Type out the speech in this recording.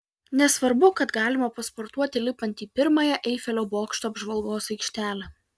nesvarbu kad galima pasportuoti lipant į pirmąją eifelio bokšto apžvalgos aikštelę